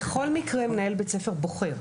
בכל מקרה מנהל בית ספר בוחר.